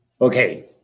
okay